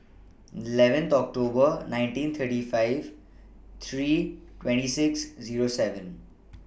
eleven October nineteen thirty five three twenty six Zero seven